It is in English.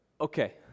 okay